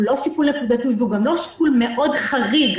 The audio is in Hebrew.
הוא לא שיקול נקודתי והוא גם לא שיקול חריג מאוד